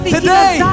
today